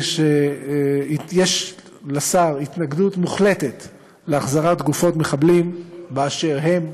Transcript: היא שיש לשר התנגדות מוחלטת להחזרת גופות מחבלים באשר הם.